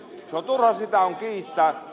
turha sitä on kiistää